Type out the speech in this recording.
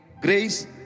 grace